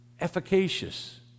efficacious